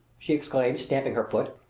she exclaimed, stamping her foot.